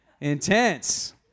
intense